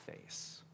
face